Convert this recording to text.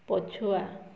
ପଛୁଆ